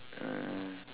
uh